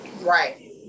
right